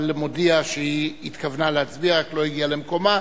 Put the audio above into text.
אבל מודיע שהיא התכוונה להצביע רק לא הגיעה למקומה.